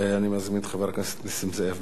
אני מזמין את חבר הכנסת נסים זאב.